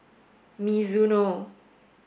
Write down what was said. Mizuno